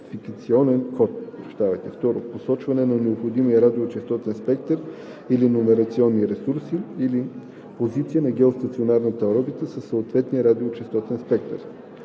код; 2. посочване на необходимия радиочестотен спектър или номерационни ресурси, или позиция на геостационарната орбита със съответния радиочестотен спектър;